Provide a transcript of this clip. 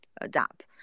adapt